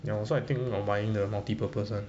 and also I think of buying the multi purpose [one]